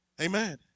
Amen